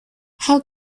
how